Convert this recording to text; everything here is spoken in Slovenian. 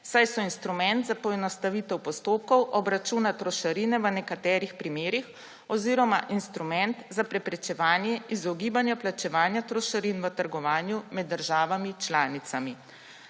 saj so instrument za poenostavitev postopkov obračuna trošarine v nekaterih primerih oziroma instrument za preprečevanje izogibanja plačevanja trošarin v trgovanju med državami članicami.